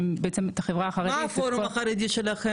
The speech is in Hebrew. מה הפורום החרדי שלכם?